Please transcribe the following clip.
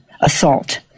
assault